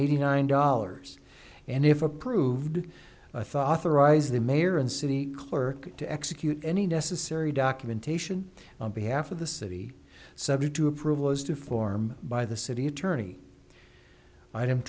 eighty nine dollars and if approved thought arise the mayor and city clerk to execute any necessary documentation on behalf of the city subject to approval as to form by the city attorney item